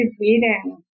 reading